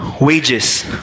Wages